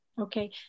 okay